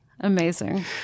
Amazing